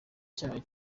cyaha